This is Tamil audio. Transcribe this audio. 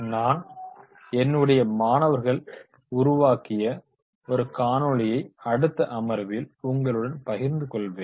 நான் என்னுடைய மாணவர்கள் உருவாக்கிய ஒரு காணொளியை அடுத்த அமர்வில் உங்களுடன் பகிர்ந்துக் கொள்வேன்